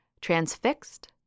transfixed